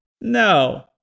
No